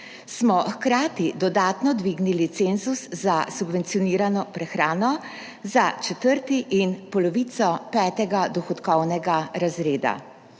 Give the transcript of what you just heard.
smo hkrati dodatno dvignili cenzus za subvencionirano prehrano za četrti in polovico petega dohodkovnega razreda.